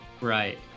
Right